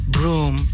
Broom